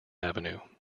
avenue